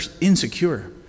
insecure